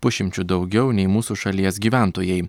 pusšimčiu daugiau nei mūsų šalies gyventojai